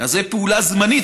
אז זו פעולה זמנית,